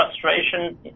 frustration